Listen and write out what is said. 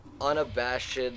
unabashed